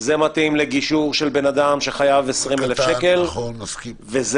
גישור מתאים לאדם שחייב 20,000 שקל ומתאים